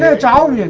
ah java yeah